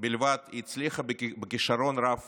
בלבד היא הצליחה בכישרון רב